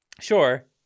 Sure